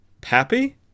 Pappy